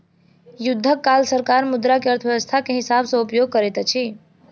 युद्धक काल सरकार मुद्रा के अर्थव्यस्था के हिसाब सॅ उपयोग करैत अछि